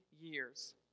years